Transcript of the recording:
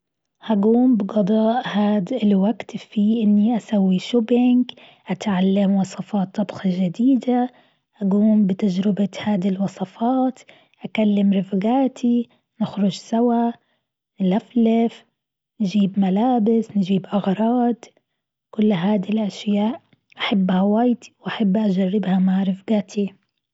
هقوم بقضاء هاد الوقت في إني أسوي shopping أتعلم وصفات طبخ جديدة أقوم بتجربة هذي الوصفات، أكلم رفقاتي نخرج سوا نلفلف نجيب ملابس نجيب أغراض، كل هذي الأشياء أحبها واجد وأحب أجربها مع رفقاتي.